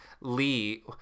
Lee